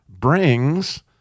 brings